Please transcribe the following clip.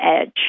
edge